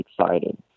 excited